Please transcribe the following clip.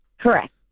Correct